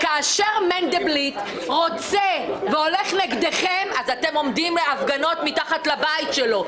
כאשר מנדלבליט רוצה והולך נגדכם אז אתם עומדים בהפגנות מתחת לבית שלכם.